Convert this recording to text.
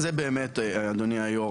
אדוני היושב-ראש,